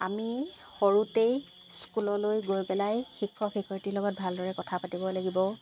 আমি সৰুতেই স্কুললৈ গৈ পেলাই শিক্ষক শিক্ষয়িত্ৰীৰ লগত ভালদৰে কথা পাতিব লাগিব